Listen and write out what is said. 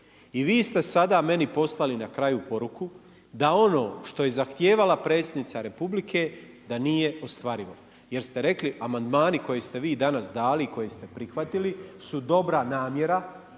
I vi ste meni sada poslali na kraju poruku da ono što je zahtijevala Predsjednica Republike da nije ostvarivo, jer ste rekli amandmani koje ste vi danas dali i koje ste prihvatili su dobra namjera.